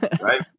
Right